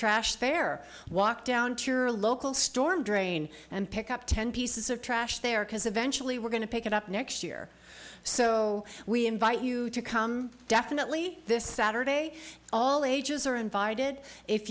trash fair walk down to your local storm drain and pick up ten pieces of trash there because eventually we're going to pick it up next year so we invite you to come definitely this saturday all ages are invited if